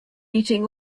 eating